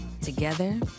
Together